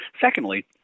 Secondly